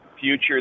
future